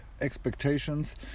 expectations